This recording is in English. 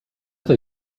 they